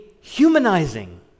humanizing